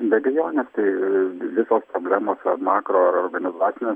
be abejonės tai visos problemos ar makroorganizacinės